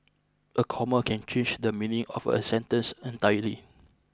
a comma can change the meaning of a sentence entirely